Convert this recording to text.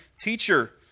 teacher